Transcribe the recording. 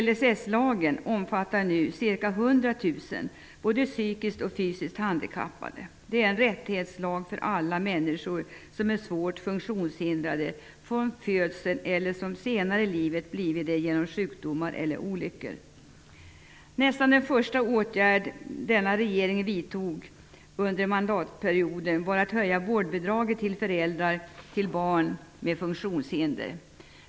LSS-lagen omfattar Det är en rättighetslag för alla människor som är svårt funktionshindrade från födseln, eller som senare i livet blivit det genom sjukdomar eller olyckor. Nästan den första åtgärd denna regering vidtog under mandatperioden var att höja vårdbidraget till föräldrar med barn som har funktionshinder.